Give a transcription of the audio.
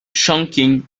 chongqing